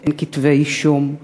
אין כתבי-אישום.